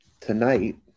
tonight